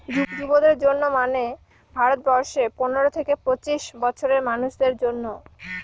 যুবদের জন্য মানে ভারত বর্ষে পনেরো থেকে পঁচিশ বছরের মানুষদের জন্য